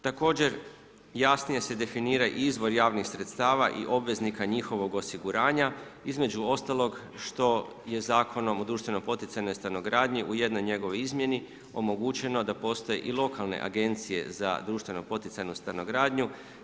Također jasnije se definira izvor javnih sredstava i obveznika njihovog osiguranja, između ostalog što je Zakonom o društveno poticajnoj stanogradnji u jednoj njegovoj izmjeni omogućeno da postoje i lokalne agencije za društveno poticajnu stanogradnju.